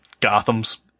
Gotham's